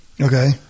Okay